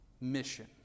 mission